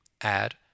add